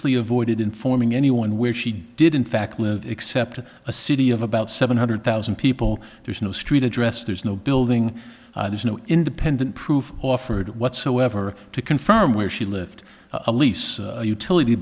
studiously avoided informing anyone where she did in fact live except a city of about seven hundred thousand people there's no street address there's no building there's no independent proof offered whatsoever to confirm where she lived a lease utility